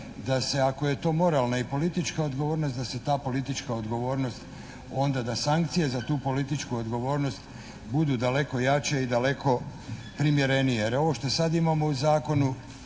da se ako je to moralna i politička odgovornost da se ta politička odgovornost, onda da sankcije za tu političku odgovornost budu daleko jače i daleko primjerenije.